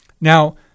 Now